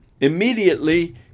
immediately